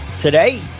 Today